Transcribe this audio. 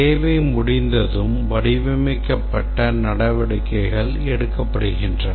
தேவை முடிந்ததும் வடிவமைக்கப்பட்ட நடவடிக்கைகள் எடுக்கப்படுகின்றன